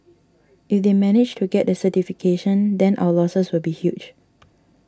if they managed to get the certification then our losses would be huge